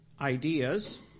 ideas